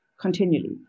continually